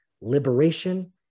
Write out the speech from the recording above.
liberation